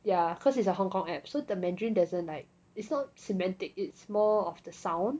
ya cause it's a hong kong app so the mandarin doesn't like it's not semantic it's more of the sound